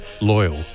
loyal